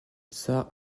tsar